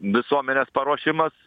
visuomenės paruošimas